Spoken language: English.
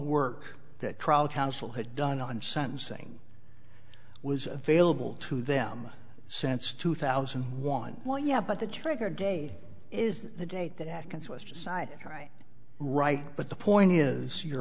work that trial counsel had done on sentencing was available to them since two thousand and one well yeah but the trigger day is the date that atkins was decided right right but the point is your